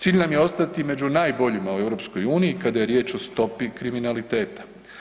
Cilj nam je ostati među najboljima u EU kada je riječ o stopi kriminaliteta.